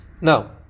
now